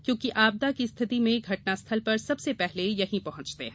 क्योंकि आपदा की स्थिति में घटना स्थल पर सबसे पहले यही पहुंचते हैं